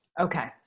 Okay